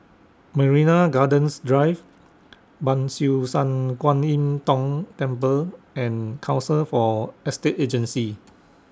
Marina Gardens Drive Ban Siew San Kuan Im Tng Temple and Council For Estate Agencies